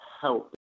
help